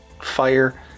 fire